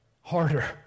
harder